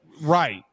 Right